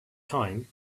time